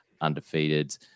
undefeated